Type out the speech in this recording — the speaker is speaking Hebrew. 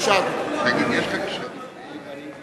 הצעות לסדר-היום